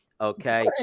okay